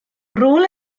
rôl